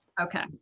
Okay